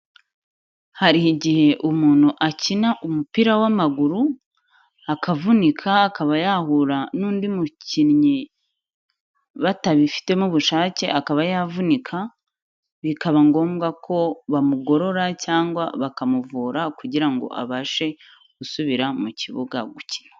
Hari igihe umuntu akina umupira w'amaguru akavunika, akaba yahura n'undi mukinnyi batabifitemo ubushake akaba yavunika, bikaba ngombwa ko bamugorora, cyangwa bakamuvura, kugira ngo abashe gusubira mu kibuga gukina.